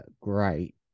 great